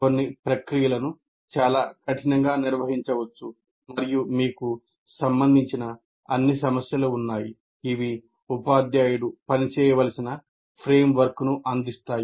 కొన్ని ప్రక్రియలను చాలా కఠినంగా నిర్వచించవచ్చు మరియు మీకు సంబంధించిన అన్ని సమస్యలు ఉన్నాయి ఇవి ఉపాధ్యాయుడు పనిచేయవలసిన ఫ్రేమ్వర్క్ను అందిస్తాయి